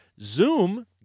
Zoom